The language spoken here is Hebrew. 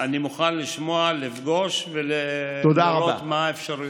אני מוכן לשמוע, לפגוש, ולראות מה האפשרויות.